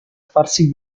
farsi